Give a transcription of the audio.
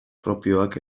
propioak